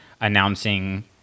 announcing